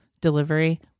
delivery